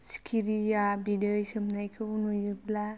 सिखिरिया बिदै सोबनायखौ नुयोब्ला